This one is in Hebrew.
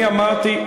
אני אמרתי,